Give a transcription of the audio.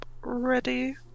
Ready